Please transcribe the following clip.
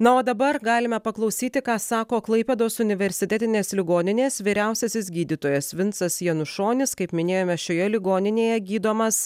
na o dabar galime paklausyti ką sako klaipėdos universitetinės ligoninės vyriausiasis gydytojas vincas janušonis kaip minėjome šioje ligoninėje gydomas